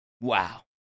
Wow